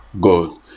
God